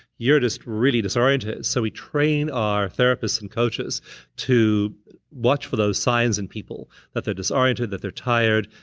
you're just really disoriented, so we train our therapists and coaches to watch for those signs in people, that they're disoriented, that they're tired,